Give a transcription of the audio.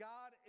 God